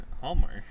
Hallmark